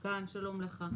כאן, שלום לך.